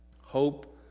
Hope